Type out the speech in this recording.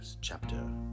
chapter